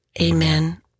Amen